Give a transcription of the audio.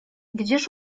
gdzież